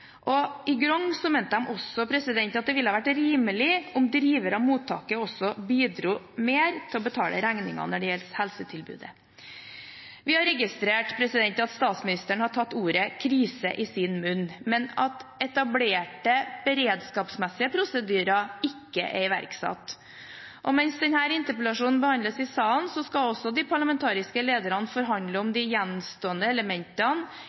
I Grong mente de også at det ville vært rimelig om driver av mottaket også bidro mer til å betale regninger når det gjelder helsetilbudet. Vi har registrert at statsministeren har tatt ordet «krise» i sin munn, men at etablerte beredskapsmessige prosedyrer ikke er iverksatt. Mens denne interpellasjonen behandles i salen, skal de parlamentariske lederne forhandle om de gjenstående elementene